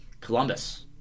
Columbus